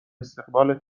استقبال